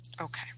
okay